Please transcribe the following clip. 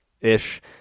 ish